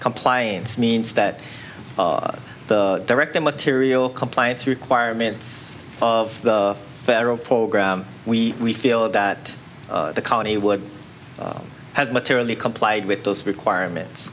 compliance means that the director material compliance requirements of the federal program we we feel that the colony would have materially complied with those requirements